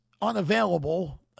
unavailable